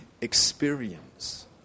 experience